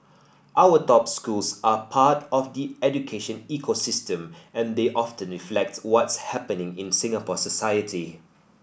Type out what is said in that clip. our top schools are part of the education ecosystem and they often reflect what's happening in Singapore society